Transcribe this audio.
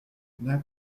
d’un